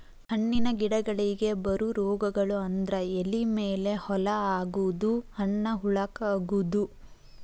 ಹಣ್ಣಿನ ಗಿಡಗಳಿಗೆ ಬರು ರೋಗಗಳು ಅಂದ್ರ ಎಲಿ ಮೇಲೆ ಹೋಲ ಆಗುದು, ಹಣ್ಣ ಹುಳಕ ಅಗುದು